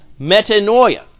metanoia